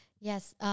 Yes